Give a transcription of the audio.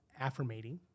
affirmating